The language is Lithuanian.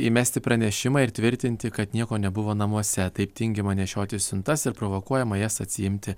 įmesti pranešimą ir tvirtinti kad nieko nebuvo namuose taip tingima nešioti siuntas ir provokuojama jas atsiimti